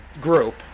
group